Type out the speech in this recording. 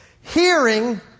hearing